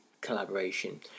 collaboration